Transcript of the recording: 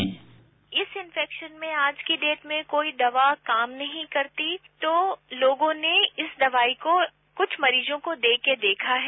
sound bite इस infection में आज की डेट में कोई दवा काम नहीं करती तो लोगों ने इस दवाई को कुछ मरीजों को देके देखा है